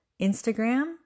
Instagram